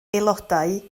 aelodau